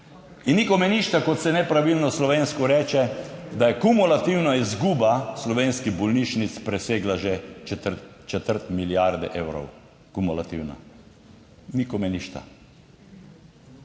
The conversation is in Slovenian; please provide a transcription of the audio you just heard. In nikome ništa, kot se nepravilno slovensko reče, da je kumulativna izguba slovenskih bolnišnic presegla že četrt milijarde evrov kumulativna. Niko me ništa.